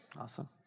Awesome